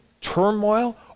turmoil